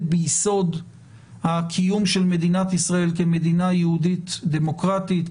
ביסוד הקיום של מדינת ישראל כמדינה יהודית ודמוקרטית,